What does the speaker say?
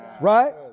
Right